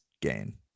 gain